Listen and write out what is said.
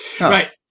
Right